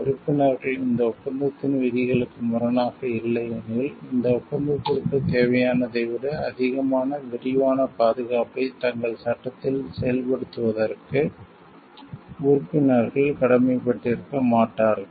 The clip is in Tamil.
உறுப்பினர்கள் இந்த ஒப்பந்தத்தின் விதிகளுக்கு முரணாக இல்லை எனில் இந்த ஒப்பந்தத்திற்குத் தேவையானதை விட அதிகமான விரிவான பாதுகாப்பை தங்கள் சட்டத்தில் செயல்படுத்துவதற்கு உறுப்பினர்கள் கடமைப்பட்டிருக்க மாட்டார்கள்